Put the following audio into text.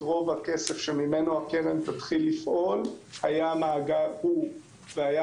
רוב הכסף שממנו הקרן תתחיל לפעול היה מאגר --- והיה